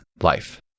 life